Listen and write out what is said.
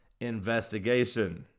investigation